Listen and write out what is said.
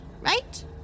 right